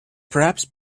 perhaps